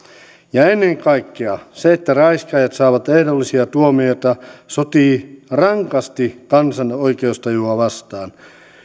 ja ennen kaikkea se että raiskaajat saavat ehdollisia tuomioita sotii rankasti kansan oikeustajua vastaan